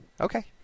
Okay